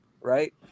right